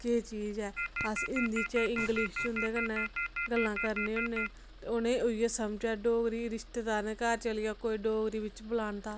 केह् चीज ऐ अस हिंदी च इंग्लिश च उं'दे कन्नै गल्लां करने होन्ने ते उ'नें गी उ'ऐ समझ ऐ डोगरी रिश्तेदारें दे घर चली जाओ कोई डोगरी बिच्च बलांदा